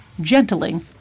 gentling